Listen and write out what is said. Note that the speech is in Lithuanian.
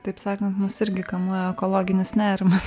taip sakant mus irgi kamuoja ekologinis nerimas